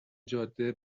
جاده